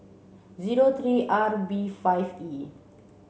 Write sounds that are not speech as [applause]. zero three R [unintelligible] B five E